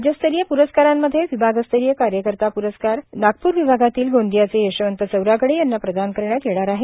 राज्यस्तरीय प्रस्कारां मध्ये विभागस्तरीय कार्यकर्ता प्रस्कार नागप्र विभागातील गोंदियाचे यशवंत चौरागडे यांना प्रदान करण्यात येणार आहे